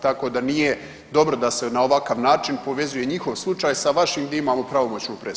Tako da nije dobro da se na ovakav način povezuje njihov slučaj sa vašim gdje imamo pravomoćnu presudu.